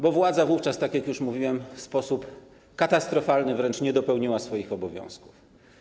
Bo władza wówczas, tak jak już mówiłem, w sposób katastrofalny wręcz nie dopełniła swoich obowiązków.